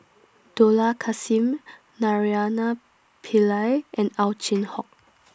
Dollah Kassim Naraina Pillai and Ow Chin Hock